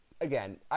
Again